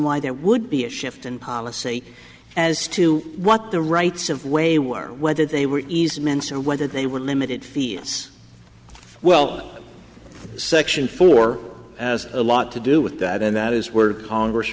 why there would be a shift in policy as to what the rights of way were whether they were easements or whether they were limited thius well section four as a lot to do with that and that is where congress